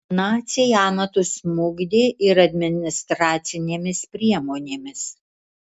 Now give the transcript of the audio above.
naciai amatus smukdė ir administracinėmis priemonėmis